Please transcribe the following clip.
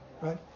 right